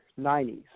90s